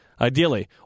ideally